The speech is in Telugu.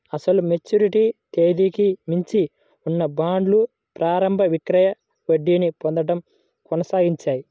అసలు మెచ్యూరిటీ తేదీకి మించి ఉన్న బాండ్లు ప్రారంభ విక్రయం వడ్డీని పొందడం కొనసాగించాయి